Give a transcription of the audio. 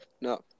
No